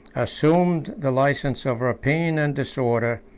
assumed the license of rapine and disorder,